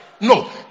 No